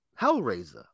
Hellraiser